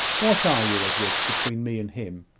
what are you, edward, between me and him?